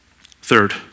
Third